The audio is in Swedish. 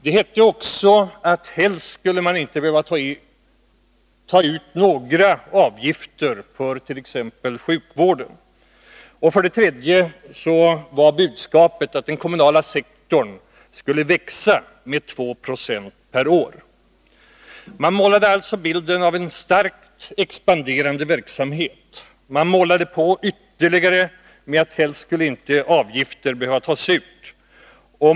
Det hette också att man helst inte skulle behöva ta ut några avgifter för t.ex. sjukvården. Vidare var budskapet att den kommunala sektorn skulle växa med 2 90 per år. Man målade alltså bilden av en starkt expanderande verksamhet. Man målade på ytterligare med att avgifter helst inte skulle behöva tas ut.